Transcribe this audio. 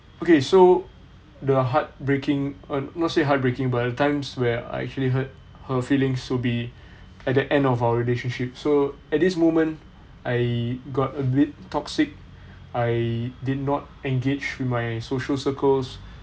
okay so the heartbreaking err not say heartbreaking but the times where I actually hurt her feelings so we at the end of our relationship so at this moment I got a bit toxic I did not engage with my social circles